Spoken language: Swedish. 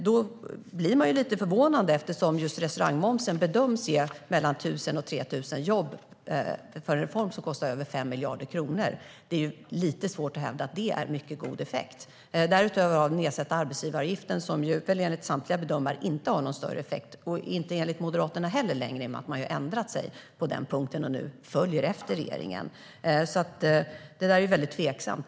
Då blir man lite förvånad eftersom restaurangmomsreformen, som kostade över 5 miljarder kronor, bedöms ge mellan 1 000 och 3 000 jobb. Det är lite svårt att hävda att det är mycket god effekt. Sedan har vi den nedsatta arbetsgivaravgiften, som enligt samtliga bedömare inte har någon större effekt, inte enligt Moderaterna heller längre. De har ju ändrat sig på den punkten och följer nu efter regeringen. Så det är väldigt tveksamt.